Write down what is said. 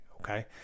okay